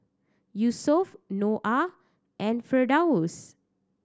Yusuf Noah and Firdaus